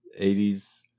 80s